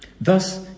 Thus